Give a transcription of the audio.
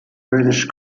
british